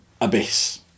Abyss